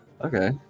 Okay